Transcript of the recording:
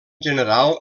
general